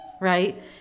right